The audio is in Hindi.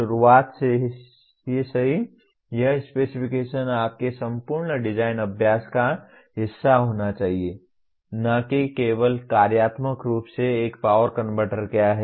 शुरुआत से ही सही यह स्पेसिफिकेशन्स आपके संपूर्ण डिज़ाइन अभ्यास का हिस्सा होना चाहिए न कि केवल कार्यात्मक रूप से एक पॉवर कन्वर्टर क्या है